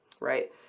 Right